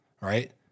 right